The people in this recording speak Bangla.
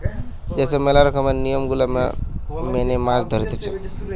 যে সব ম্যালা রকমের নিয়ম গুলা মেনে মাছ ধরতিছে